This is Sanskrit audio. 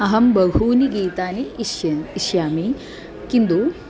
अहं बहूनि गीतानि इष्यन् इच्छामि किन्तु